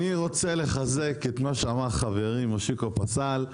אני רוצה לחזק את מה שאמר חברי מושיקו פסל.